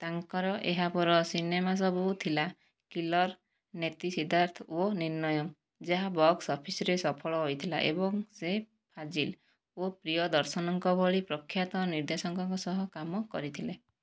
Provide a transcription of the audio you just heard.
ତାଙ୍କର ଏହା ପର ସିନେମା ସବୁ ଥିଲା କିଲର୍ ନେତି ସିଦ୍ଧାର୍ଥ ଓ ନିର୍ଣ୍ଣୟମ୍ ଯାହା ବକ୍ସ ଅଫିସରେ ସଫଳ ହୋଇଥିଲା ଏବଂ ସେ ଫାଜିଲ୍ ଓ ପ୍ରିୟଦର୍ଶନଙ୍କ ଭଳି ପ୍ରଖ୍ୟାତ ନିର୍ଦ୍ଦେଶକଙ୍କ ସହ କାମ କରିଥିଲେ